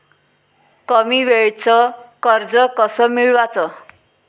कमी वेळचं कर्ज कस मिळवाचं?